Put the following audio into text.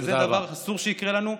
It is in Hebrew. וזה הדבר שאסור שיקרה לנו.